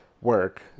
work